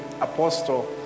Apostle